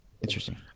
Interesting